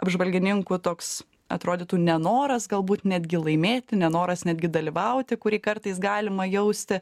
apžvalgininkų toks atrodytų nenoras galbūt netgi laimėti nenoras netgi dalyvauti kurį kartais galima jausti